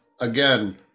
again